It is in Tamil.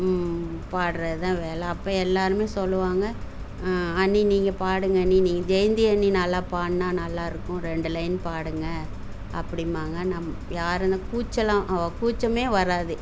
பாடுறதுதான் வேலை அப்போ எல்லோருமே சொல்லுவாங்க அண்ணி நீங்க பாடுங்கள் அண்ணி நீங்கள் ஜெயந்தி அண்ணி நல்லா பாடினா நல்லாயிருக்கும் ரெண்டு லைன் பாடுங்க ள்அப்படிம்பாங்க நம் யாருன்னு கூச்சம்லா கூச்சமே வராது